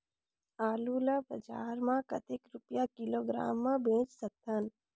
आलू ला बजार मां कतेक रुपिया किलोग्राम म बेच सकथन?